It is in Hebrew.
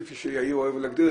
כפי שיאיר אוהב להגדיר,